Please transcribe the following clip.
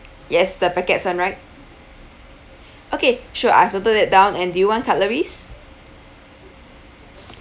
yes the packets [one] right okay sure I've noted that down and do you want cutleries